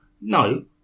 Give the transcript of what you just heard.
No